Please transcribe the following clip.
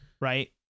right